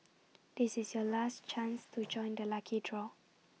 this is your last chance to join the lucky draw